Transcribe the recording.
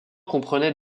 comprenait